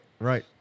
Right